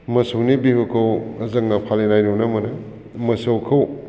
मोसौनि बिहुखौ जोङो फालिनाय नुनो मोनो मोसौखौ